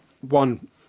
one